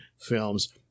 films